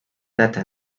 data